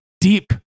deep